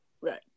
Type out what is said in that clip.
Right